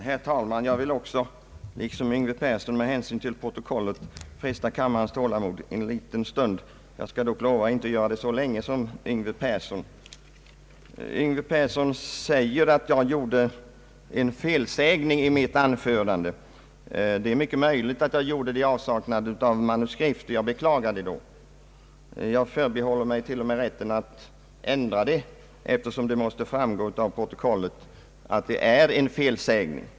Herr talman! Med hänsyn till! protokollet vill också jag fresta kammarens tålamod. Jag lovar dock att inte göra det lika länge som herr Yngve Persson. Herr Persson sade att jag gjorde en felsägning i mitt förra anförande. Det är möjligt att jag gjorde det i avsaknad av manuskript, och jag beklagar det i så fall. Jag förbehåller mig emellertid rätten att ändra, eftersom det måste framgå att det var en felsägning.